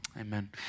Amen